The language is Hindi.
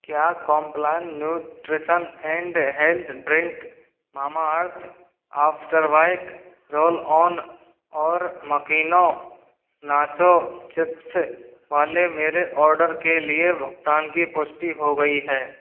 क्या Complan nutrition and health drink Mamaearth after wax roll on और मकीनो नाचो चिप्स चिप्स वाले मेरे ऑर्डर के लिए भुगतान की पुष्टि हो गई है